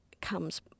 comes